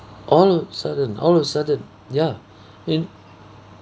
all of sudden all of a sudden ya in